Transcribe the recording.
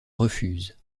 refuse